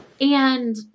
and-